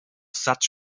such